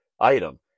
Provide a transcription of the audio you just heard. item